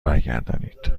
برگردانید